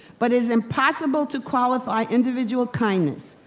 but is impossible to qualify individual kindness,